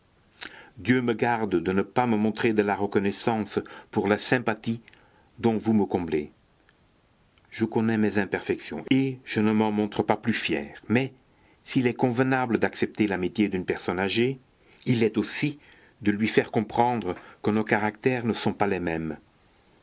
dieu me garde de ne pas montrer de la reconnaissance pour la sympathie dont vous me comblez je connais mes imperfections et je ne m'en montre pas plus fier mais s'il est convenable d'accepter l'amitié d'une personne âgée il l'est aussi de lui faire comprendre que nos caractères ne sont pas les mêmes